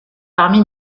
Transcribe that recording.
parmi